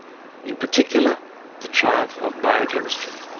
in particular the triumph of biochemistry.